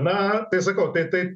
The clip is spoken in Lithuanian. na tai sakau tai tai